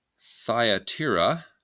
Thyatira